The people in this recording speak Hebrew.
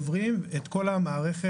הם עוברים את כל המערכת